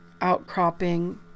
outcropping